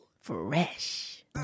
Fresh